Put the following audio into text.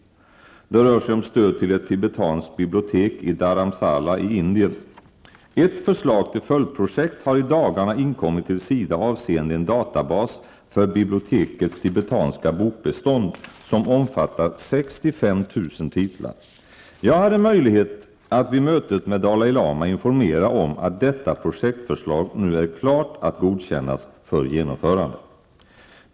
Det rör sig om stöd till ett tibetanskt bibliotek i Dharamsala i Indien. Ett förslag till följdprojekt har i dagarna inkommit till SIDA avseende en databas för bibliotekets tibetanska bokbestånd som omfattar 65 000 titlar. Jag hade möjlighet att vid mötet med Dalai Lama informera om att detta projektförslag nu är klart att godkännas för genomförande.